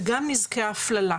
וגם נזקי ההפללה.